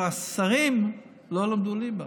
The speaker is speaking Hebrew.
אבל השרים לא למדו ליבה.